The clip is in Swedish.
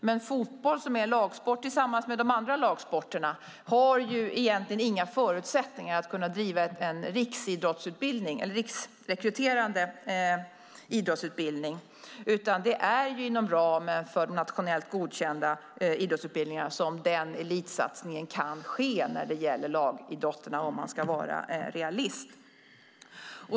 Men fotboll, som är en av lagsporterna, har egentligen inga förutsättningar att vara bas för en riksrekryterande idrottsutbildning, utan det blir inom ramen för de nationellt godkända idrottsutbildningarna som den elitsatsningen kan ske om man ska vara realist.